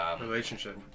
relationship